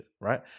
right